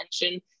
attention